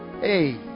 Hey